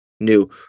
new